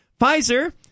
Pfizer